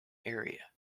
area